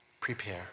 Prepare